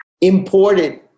imported